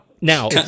Now